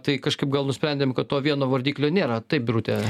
tai kažkaip gal nusprendėm kad to vieno vardiklio nėra taip birute